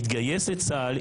יתגייס לצה"ל,